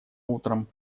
утром